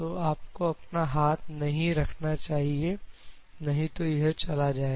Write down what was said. तो आपको अपना हाथ नहीं रखना चाहिए नहीं तो यह चला जाएगा